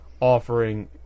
offering